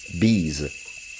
bees